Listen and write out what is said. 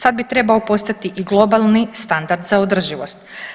Sad bi trebao postati i globalni standard za održivost.